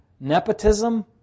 Nepotism